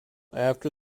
after